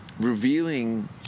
revealing